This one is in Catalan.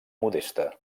modesta